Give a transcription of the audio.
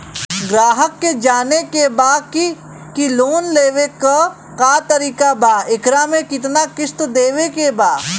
ग्राहक के जाने के बा की की लोन लेवे क का तरीका बा एकरा में कितना किस्त देवे के बा?